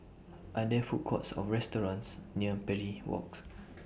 Are There Food Courts Or restaurants near Parry Walks